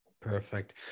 Perfect